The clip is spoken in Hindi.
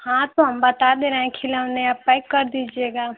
हाँ तो हम बता दे रहे हैं खिलौने आप पैक कर दीजिएगा